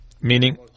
Meaning